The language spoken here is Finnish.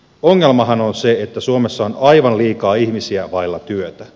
ongelmahan on se että suomessa on aivan liikaa ihmisiä vailla työtä